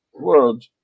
world